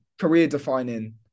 career-defining